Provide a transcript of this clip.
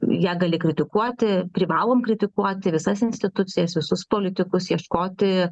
ją gali kritikuoti privalom kritikuoti visas institucijas visus politikus ieškoti